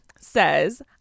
says